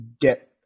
get